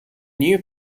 new